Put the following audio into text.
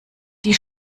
die